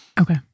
okay